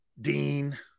Dean